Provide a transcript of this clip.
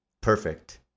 perfect